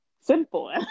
simple